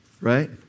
right